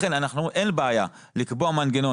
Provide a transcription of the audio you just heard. לכן אנחנו אומרים שאין בעיה לקבוע מנגנון